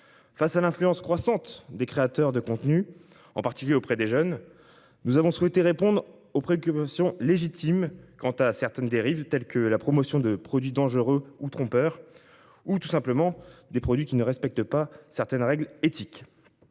Face à l'influence croissante des créateurs de contenus, en particulier auprès des jeunes, nous avons souhaité répondre aux préoccupations légitimes suscitées par certaines dérives, telles que la promotion de produits dangereux ou trompeurs, ou simplement de produits ne respectant pas certaines règles éthiques.